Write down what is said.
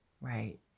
right